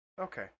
Okay